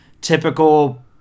typical